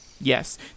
Yes